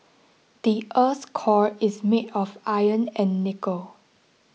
the earth's core is made of iron and nickel